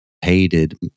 hated